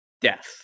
death